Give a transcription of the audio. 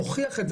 הוכיח את זה,